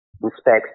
respects